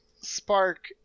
spark